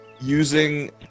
using